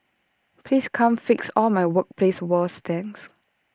please come fix all my workplace woes thanks